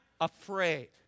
afraid